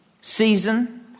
season